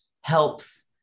helps